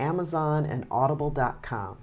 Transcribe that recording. amazon and audible dot com